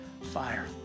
fire